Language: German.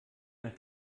nach